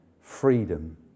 Freedom